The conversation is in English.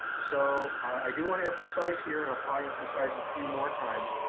so, i do wanna emphasize here and i'll probably emphasize a few more times,